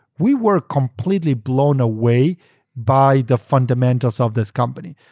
we were completely blown away by the fundamentals of this company.